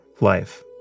life